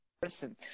person